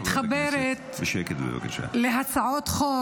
-- מתחברת להצעות חוק